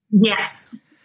Yes